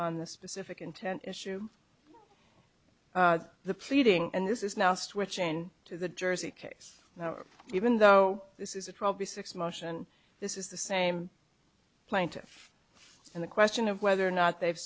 on the specific intent issue the pleading and this is now switching to the jersey case even though this is a probably six motion this is the same plaintiff and the question of whether or not they